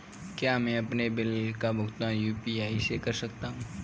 क्या मैं अपने बिल का भुगतान यू.पी.आई से कर सकता हूँ?